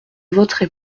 voterai